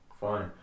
Fine